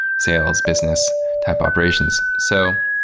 sales, business type operations. so,